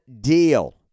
deal